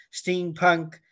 steampunk